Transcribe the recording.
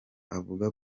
avuga